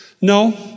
No